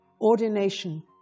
Ordination